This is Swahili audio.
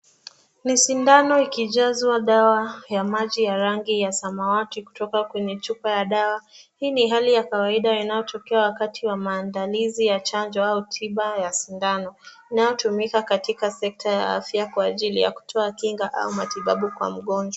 Ni sindano ikijazwa dawa ya maji ya rangi ya samawati kutoka kwenye chupa ya dawa. Hii ni hali ya kawaida yanayotokea wakati wa maandalizi ya chanjo au tiba ya sindano, inayotumika katika sekta ya afya kwa ajili ya kutoa kinga au matibabu kwa mgonjwa.